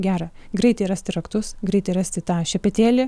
gera greitai rasti raktus greitai rasti tą šepetėlį